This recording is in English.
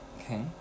okay